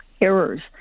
errors